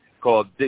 called